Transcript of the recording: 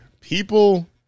People